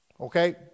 Okay